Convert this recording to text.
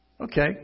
Okay